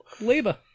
labor